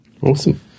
Awesome